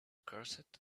corset